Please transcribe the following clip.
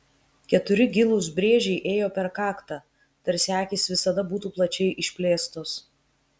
keturi gilūs brėžiai ėjo per kaktą tarsi akys visada būtų plačiai išplėstos